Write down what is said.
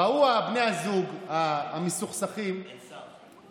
ראו בני הזוג המסוכסכים, אין שר.